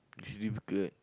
it's difficult